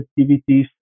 activities